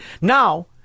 Now